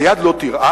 היד לא תרעד?